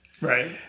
Right